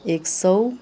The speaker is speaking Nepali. एक सौ